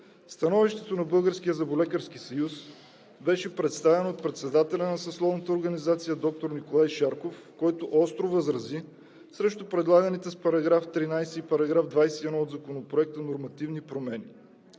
Становището на Българския зъболекарски съюз (БЗС) беше представено от председателя на съсловната организация доктор Николай Шарков, който остро възрази срещу предлаганите с § 13 и § 21 от Законопроекта нормативни промени.